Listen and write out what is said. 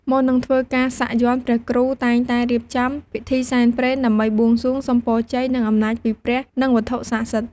មុននឹងធ្វើការសាក់យ័ន្តព្រះគ្រូ តែងតែរៀបចំ ពិធីសែនព្រេន ដើម្បីបួងសួងសុំពរជ័យ និងអំណាចពីព្រះ និងវត្ថុស័ក្តិសិទ្ធិ។